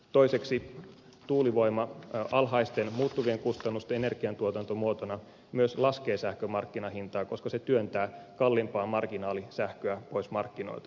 toiseksi tuulivoima alhaisten muuttuvien kustannusten energiantuotantomuotona myös laskee sähkön markkinahintaa koska se työntää kalliimpaa marginaalisähköä pois markkinoilta